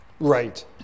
Right